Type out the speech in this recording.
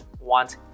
want